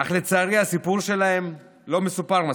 אך לצערי הסיפור שלהם לא מסופר מספיק.